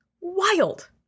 Wild